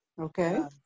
Okay